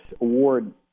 award